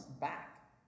back